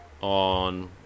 on